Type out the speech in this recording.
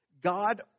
God